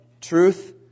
truth